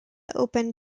open